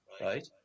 right